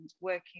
working